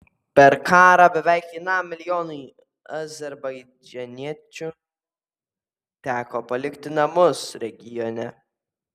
per karą beveik vienam milijonui azerbaidžaniečių teko palikti savo namus regione